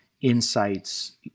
insights